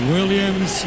Williams